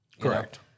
Correct